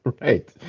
Right